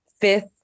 fifth